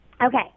Okay